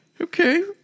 Okay